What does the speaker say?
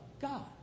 God